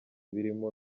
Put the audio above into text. birimo